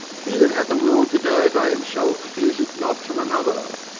he that hath a will to die by himself fears it not from another.